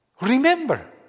Remember